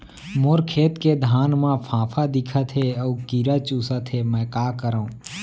मोर खेत के धान मा फ़ांफां दिखत हे अऊ कीरा चुसत हे मैं का करंव?